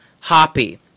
Hoppy